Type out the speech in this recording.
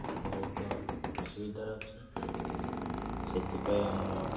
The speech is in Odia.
ବହୁତ ଅସୁବିଧାରେ ଅଛି ସେଥିପାଇଁ ଆମର